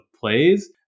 plays